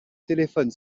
téléphone